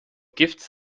gifts